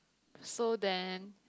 so then